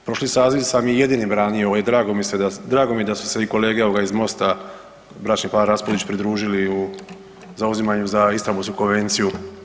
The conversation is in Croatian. Prošli saziv sam je jedini branio i drago mi je da su se i kolege ovaj iz MOST-a bračni par Raspudić pridružili u zauzimanju za Istambulsku konvenciju.